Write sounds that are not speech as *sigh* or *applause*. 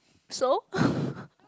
so *laughs*